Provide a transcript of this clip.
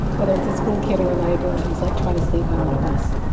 whether it's a school kid or a laborer who's, like, trying to sneak home on a bus